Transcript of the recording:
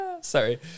sorry